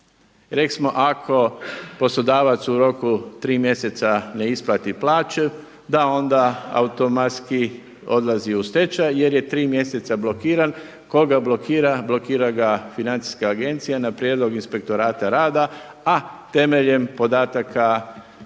Rekli smo ako poslodavac u roku tri mjeseca ne isplati plaću, da onda automatski odlazi u stečaj jer je tri mjeseca blokiran. Tko ga blokira? Blokira ga Financijska agencija na prijedlog Inspektorata rada, a temeljem podataka Porezne